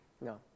No